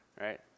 Right